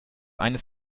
eines